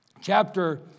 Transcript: chapter